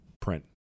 print